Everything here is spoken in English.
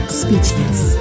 speechless